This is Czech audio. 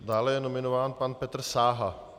Dále je nominován pan Petr Sáha.